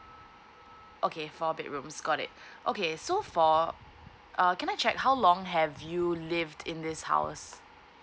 okay four bedrooms got it okay so for err can I check how long have you lived in this house